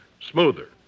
smoother